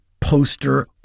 poster